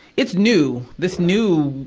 it's new. this new,